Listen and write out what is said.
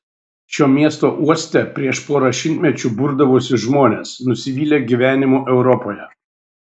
šio miesto uoste prieš porą šimtmečių burdavosi žmonės nusivylę gyvenimu europoje